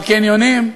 בקניונים,